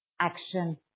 action